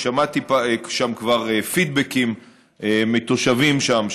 אני שמעתי כבר פידבקים מתושבים שם,